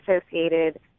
associated